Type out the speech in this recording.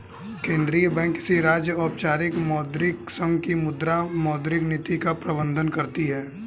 केंद्रीय बैंक किसी राज्य, औपचारिक मौद्रिक संघ की मुद्रा, मौद्रिक नीति का प्रबन्धन करती है